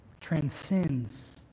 transcends